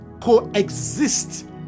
coexist